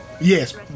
Yes